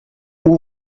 hubo